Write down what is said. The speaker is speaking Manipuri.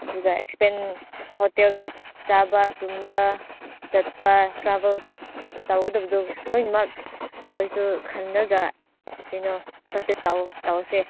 ꯑꯗꯨꯒ ꯑꯦꯛꯁꯄꯦꯟꯁ ꯍꯣꯇꯦꯜꯗ ꯆꯥꯕ ꯇꯨꯝꯕ ꯆꯠꯄ ꯇ꯭ꯔꯥꯚꯦꯜ ꯇꯧꯒꯗꯕꯗꯨ ꯂꯣꯏꯅꯃꯛ ꯑꯩꯈꯣꯏꯁꯨ ꯈꯟꯂꯒ ꯀꯩꯅꯣ ꯇꯧ ꯇꯧꯁꯦ